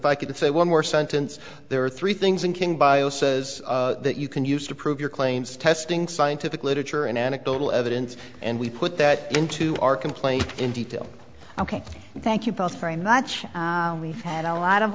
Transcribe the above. if i could say one more sentence there are three things in king bio says that you can use to prove your claims testing scientific literature and anecdotal evidence and we put that into our complaint in detail ok thank you both very much we had a lot of